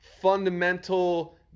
fundamental